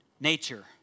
nature